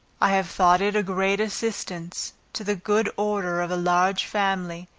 i have thought it a great assistance to the good order of a large family,